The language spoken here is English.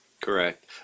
Correct